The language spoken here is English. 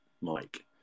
Mike